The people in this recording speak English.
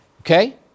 Okay